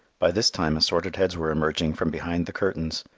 by this time assorted heads were emerging from behind the curtains,